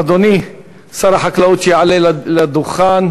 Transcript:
אדוני שר החקלאות יעלה לדוכן,